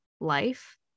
life